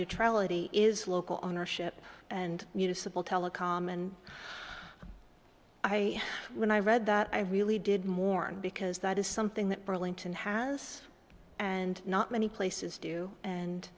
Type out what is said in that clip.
neutrality is local ownership and municipal telecom and i when i read that i really did mourn because that is something that burlington has and not many places do and